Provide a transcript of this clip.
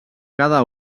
cada